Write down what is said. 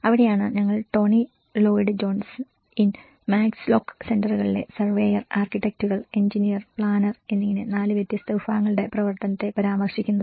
അവിടെയാണ് ഞങ്ങൾ Tony Lloyd Jones in Max Lock സെന്ററുകളിലെ സർവേയർ ആർക്കിടെക്റ്റുകൾ എഞ്ചിനീയർ പ്ലാനർ എന്നിങ്ങനെ 4 വ്യത്യസ്ത വിഭാഗങ്ങളുടെ പ്രവർത്തനത്തെ പരാമർശിക്കുന്നത്